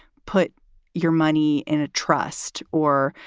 put your money in a trust or,